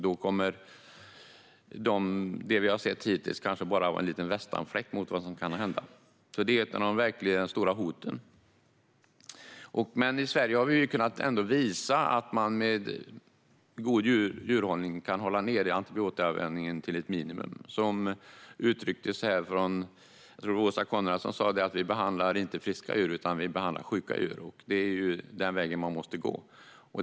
Det vi har sett hittills kommer kanske att vara en liten västanfläkt jämfört med vad som kan hända. Detta är ett av de verkligt stora hoten. I Sverige har vi ändå kunnat visa att man med god djurhållning kan hålla nere antibiotikaanvändningen till ett minimum. Jag tror att det var Åsa Coenraads som sa att vi inte behandlar friska utan sjuka djur. Det är den vägen man måste gå.